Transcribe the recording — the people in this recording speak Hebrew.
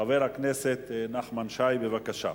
חבר הכנסת נחמן שי, בבקשה.